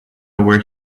where